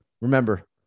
Remember